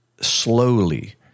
slowly